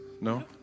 No